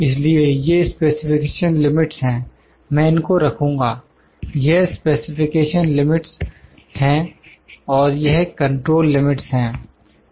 इसलिए ये specification limits हैं मैं इनको रखूंगा यह स्पेसिफिकेशन लिमिट्स हैं और यह कंट्रोल लिमिट्स हैं